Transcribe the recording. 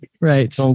Right